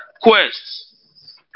quest